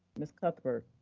ms. cuthbert.